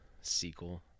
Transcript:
Sequel